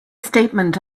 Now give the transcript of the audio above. statement